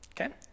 Okay